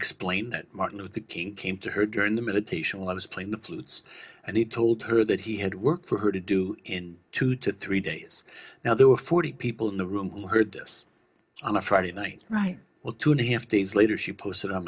explained that martin luther king came to her during the military action was playing the flute and he told her that he had worked for her to do in two to three days now there were forty people in the room heard this on a friday night right well two and a half days later she posted